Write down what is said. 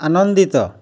ଆନନ୍ଦିତ